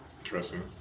Interesting